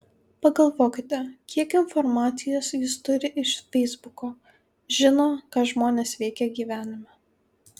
pagalvokite kiek informacijos jis turi iš feisbuko žino ką žmonės veikia gyvenime